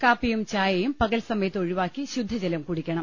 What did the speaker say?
കാപ്പിയും ചായയും പകൽ സമയത്ത് ഒഴിവാക്കി ശുദ്ധജലം കുടി ക്കണം